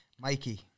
Mikey